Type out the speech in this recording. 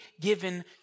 given